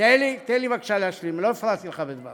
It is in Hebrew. תן לי, תן לי בבקשה להשלים, לא הפרעתי לך בדבריך.